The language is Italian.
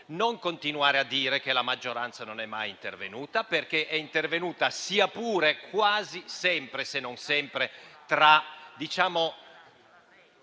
non continuare a dire che la maggioranza non è mai intervenuta, perché è intervenuta, sia pure quasi sempre (se non sempre) tra gesti,